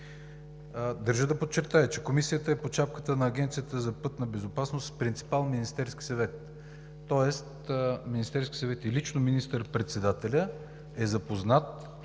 Държа да подчерта, че Комисията е под шапката на Агенцията за пътна безопасност с принципал Министерският съвет. Тоест Министерският съвет и лично министър-председателят са запознати